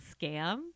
scam